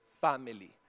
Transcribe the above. family